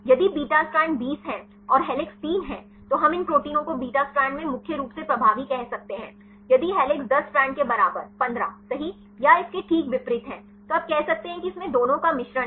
यदि beta strand 20 है और हेलिक्स 3 है तो हम इन प्रोटीनों को बीटा स्ट्रैंड में मुख्य रूप से प्रभावी कह सकते हैं यदि हेलिक्स 10 स्ट्रैंड के बराबर 15 सही या इसके ठीक विपरीत है तो आप कह सकते हैं कि इसमें दोनों का मिश्रण है